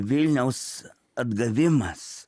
vilniaus atgavimas